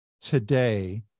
today